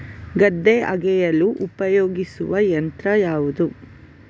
ಗದ್ದೆ ಅಗೆಯಲು ಉಪಯೋಗಿಸುವ ಯಂತ್ರ ಯಾವುದು?